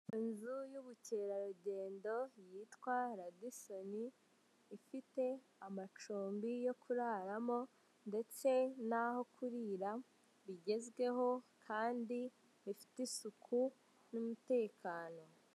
Inzu y'ubukerarugendo yitwa Radisoni ifite amacumbi yo kuraramo ndetse n'aho kurira bigezweho kandi bifite isuku n'umutekano.